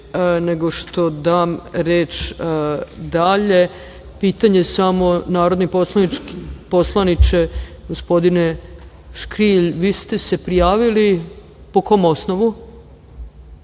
nego što dam reč dalje, pitanje samo, narodni poslaniče gospodine Škrijelj, vi ste se prijavili po kom osnovu? Povreda